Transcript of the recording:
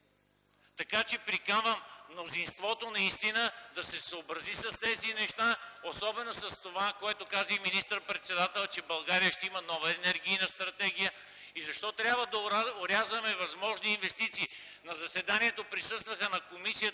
тази земя. Приканвам мнозинството наистина да се съобрази с тези неща, особено с това, което каза и министър-председателят, че България ще има нова енергийна стратегия. Защо трябва да орязваме възможни инвестиции? На заседанието на комисията